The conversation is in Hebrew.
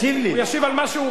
הוא ישיב על מה שהוא רוצה.